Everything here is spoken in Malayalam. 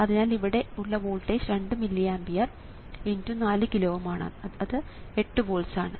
അതിനാൽ ഇവിടെ ഉള്ള വോൾട്ടേജ് 2 മില്ലി ആമ്പിയർ × 4 കിലോ Ω ആണ് അത് 8 വോൾട്സ് ആണ്